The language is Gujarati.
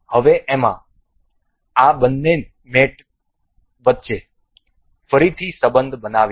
હવે અમે આ બંને મેટઓ વચ્ચે ફરીથી સંબંધ બનાવીશું